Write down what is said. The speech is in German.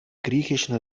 griechischen